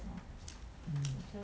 mm